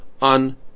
on